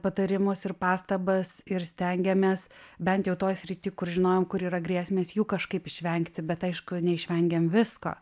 patarimus ir pastabas ir stengėmės bent jau toj srity kur žinojom kur yra grėsmės jų kažkaip išvengti bet aišku neišvengėm visko